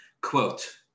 Quote